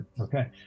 okay